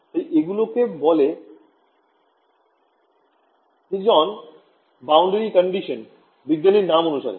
তাই এগুলোকে বলে Higdon boundary condition বিজ্ঞানীর নাম অনুসারে